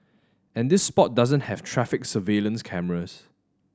and this spot doesn't have traffic surveillance cameras